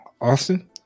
Austin